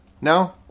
No